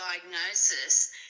diagnosis